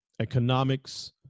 economics